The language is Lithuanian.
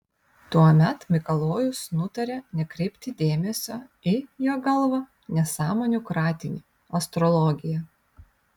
tuomet mikalojus nutarė nekreipti dėmesio į jo galva nesąmonių kratinį astrologiją